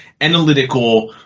analytical